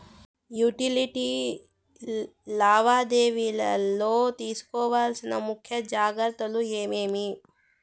Utility లావాదేవీల లో తీసుకోవాల్సిన ముఖ్య జాగ్రత్తలు ఏమేమి?